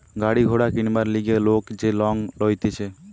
গাড়ি ঘোড়া কিনবার লিগে লোক যে লং লইতেছে